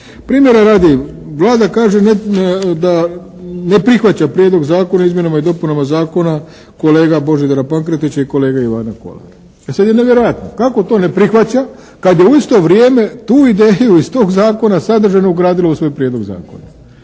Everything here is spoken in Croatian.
Primjera radi, Vlada kaže da ne prihvaća Prijedlog zakona o izmjenama i dopunama Zakona kolega Božidara Pankretića i kolege Ivana Kolara. E sad je nevjerojatno, kako to ne prihvaća kad je u isto vrijeme tu ideju iz tog Zakona sadržajno ugradila u svoj Prijedlog zakona.